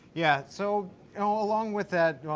yeah, so and along with that,